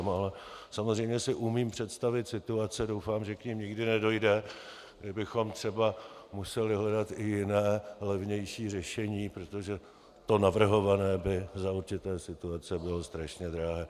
Ale samozřejmě si umím představit situace, doufám, že k nim nikdy nedojde, kdy bychom třeba museli hledat i jiné, levnější řešení, protože to navrhované by za určité situace bylo strašně drahé.